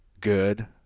good